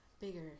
bigger